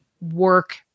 work